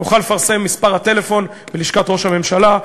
נוכל לפרסם את מספר הטלפון בלשכת ראש הממשלה,